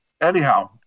anyhow